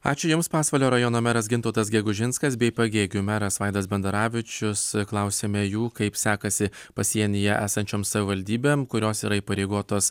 ačiū jums pasvalio rajono meras gintautas gegužinskas bei pagėgių meras vaidas bendaravičius klausiame jų kaip sekasi pasienyje esančioms savivaldybėm kurios yra įpareigotos